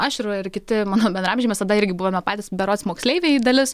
aš ir kiti mano bendraamžiai mes tada irgi buvome patys berods moksleiviai dalis